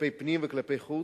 כלפי פנים וכלפי חוץ,